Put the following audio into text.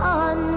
on